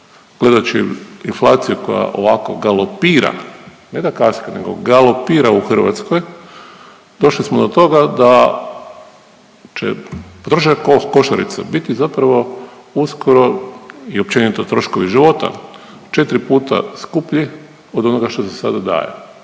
Gledajući inflaciju koja ovako galopira, ne da kaska nego galopira u Hrvatskoj došli smo do toga da će potrošačke košarice biti zapravo uskoro i općenito troškovi života četiri puta skuplji od onoga što se sada daje.